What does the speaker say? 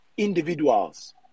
Individuals